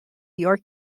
york